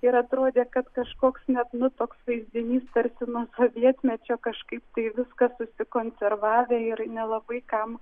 ir atrodė kad kažkoks net nu toks vaizdinys tarsi nuo sovietmečio kažkaip tai viskas užsikonservavo ir nelabai kam